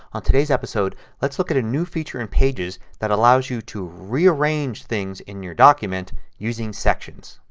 on today's episode let's look at a new feature in pages that allows you to rearrange things in your document using sections.